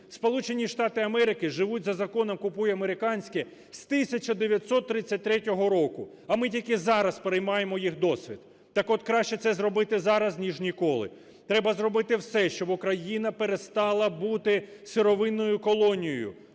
Сполучені Штати Америки живуть за законом "купуй американське" з 1933 року, а ми тільки зараз переймаємо їх досвід. Так от, краще це зробити зараз, ніж ніколи. Треба зробити все, щоб Україна перестала бути сировинною колонією